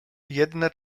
jedne